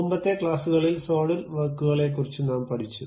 മുമ്പത്തെ ക്ലാസുകളിൽ സോളിഡ് വർക്കുകളെക്കുറിച്ച് നാം പഠിച്ചു